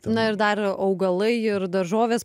na ir dar augalai ir daržovės